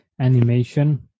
animation